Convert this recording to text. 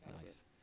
Nice